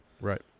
Right